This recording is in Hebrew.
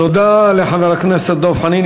תודה לחבר הכנסת דב חנין.